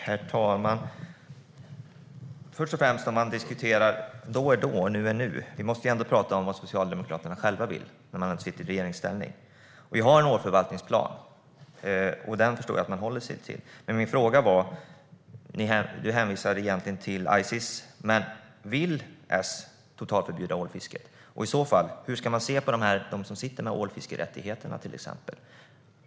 Herr talman! Först och främst: Då är då, och nu är nu när man diskuterar. Vi måste ändå prata om vad Socialdemokraterna själva vill när partiet nu sitter i regeringsställning. Vi har en ålförvaltningsplan, och den förstår jag att man håller sig till. Du hänvisar till Ices, Jan-Olof Larsson, men min fråga var om S vill totalförbjuda ålfiske? Har ska man i så fall se på dem som sitter med ålfiskerättigheter, till exempel?